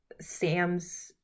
Sam's